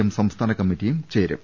M സംസ്ഥാന committee ചേരും